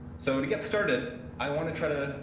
so to get started, i want to try to